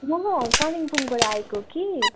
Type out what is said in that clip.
म कालिम्पोङबाट आएको कि